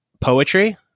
poetry